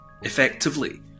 effectively